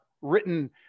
written